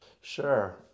Sure